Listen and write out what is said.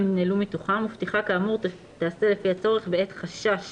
ננעלו מתוכם ופתיחה כאמור תיעשה לפי הצורך בעת חשש